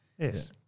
Yes